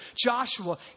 Joshua